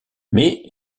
mais